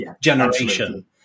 generation